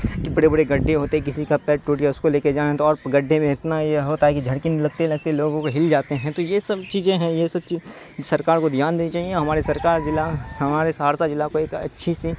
کہ بڑے بڑے گڈھے ہوتے ہیں کسی کا پیر ٹوٹ گیا اس کو لے کے جانا ہے تو اور گڈھے میں اتنا یہ ہوتا ہے کہ جھڑکن لگتے لگتے لوگوں کو ہل جاتے ہیں تو یہ سب چیزیں ہیں یہ سب چیز سرکار کو دھیان دینی چاہئیں ہمارے سرکار ضلع ہمارے سہرسہ ضلع کو ایک اچھی سی